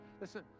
Listen